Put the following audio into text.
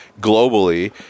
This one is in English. globally